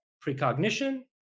precognition